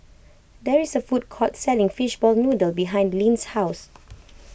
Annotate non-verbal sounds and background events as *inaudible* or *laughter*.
there is a food court selling Fishball Noodle behind Linn's house *noise*